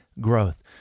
growth